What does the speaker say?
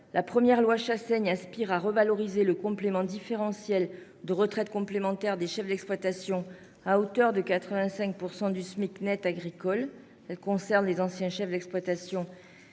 la première loi Chassaigne revalorise le complément différentiel de retraite complémentaire des chefs d'exploitation à hauteur de 85 % du Smic net agricole. Elle concerne les anciens chefs d'exploitation